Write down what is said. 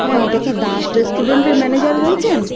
হ্যাঁ এটা কি দাস রেস্টুরেন্টের ম্যানেজার বলছেন